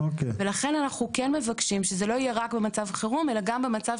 לכן אנחנו כן מבקשים שזה לא יהיה רק במצב חירום אלא גם במצב